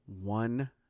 one